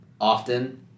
often